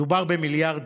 מדובר במיליארדים.